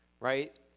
right